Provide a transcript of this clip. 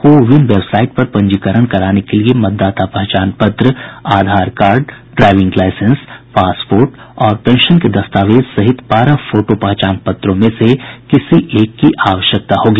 को win website पर पंजीकरण कराने के लिए मतदाता पहचान पत्र Aadhaar card driving licence passport और पेंशन के दस्तावेज सहित बारह फोटो पहचान पत्रों में से किसी एक की जरूरत होगी